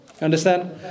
Understand